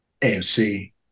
AMC